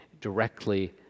directly